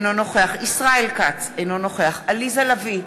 אינו נוכח ישראל כץ, אינו נוכח עליזה לביא,